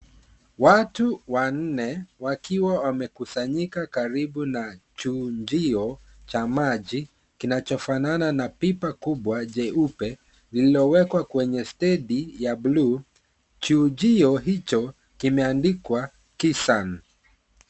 Watu wanne wakiwa wamekusanyika karibu na chujio cha maji kinachofanana na pipa kubwa jeupe, lililowekwa kwenye stendi ya buluu. Chujio hicho kimeandikwa Kisan.